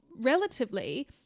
relatively